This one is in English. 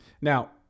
Now